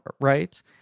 right